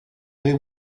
they